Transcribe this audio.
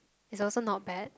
is also not bad